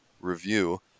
review